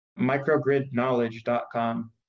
microgridknowledge.com